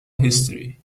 history